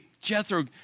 Jethro